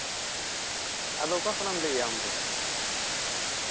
ᱟᱫᱚ ᱠᱷᱚᱱᱟᱜ ᱞᱟᱹᱭᱮᱫᱟ ᱟᱢᱫᱚ